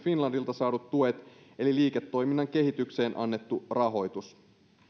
finlandilta saadut tuet eli liiketoiminnan kehitykseen annettu rahoitus